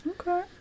Okay